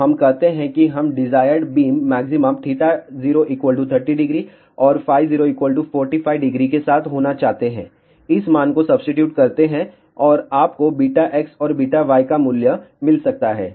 तो हम कहते हैं कि हम डिजायर्ड बीम मॅक्सिमा θ0 300 और φ0 450 के साथ होना चाहते हैं इस मान को सब्सीटीट्यूट करते हैं और आपको βx और βy का मूल्य मिल सकता है